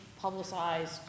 publicized